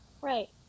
right